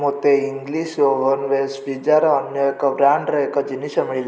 ମୋତେ English oven base ପିଜ୍ଜାର ଅନ୍ୟ ଏକ ବ୍ରାଣ୍ଡ୍ର ଏକ ଜିନିଷ ମିଳିଲା